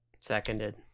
Seconded